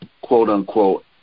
quote-unquote